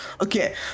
Okay